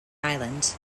island